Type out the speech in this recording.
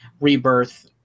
Rebirth